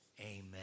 amen